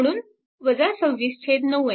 म्हणून 26 9 A